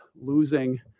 losing